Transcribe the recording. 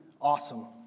awesome